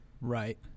Right